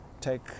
take